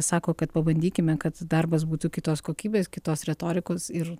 sako kad pabandykime kad darbas būtų kitos kokybės kitos retorikos ir